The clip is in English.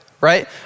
right